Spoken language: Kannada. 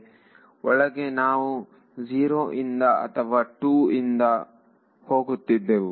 ವಿದ್ಯಾರ್ಥಿ ಒಳಗೆ ನಾವು 0 ಇಂದ ಅಥವಾ 2 ಇಂದ ಹೋಗುತ್ತಿದ್ದೆವು